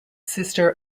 sister